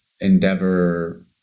endeavor